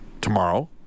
tomorrow